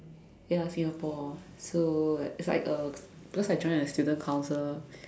ya Singapore so it's like uh because I join the student council